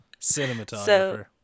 cinematographer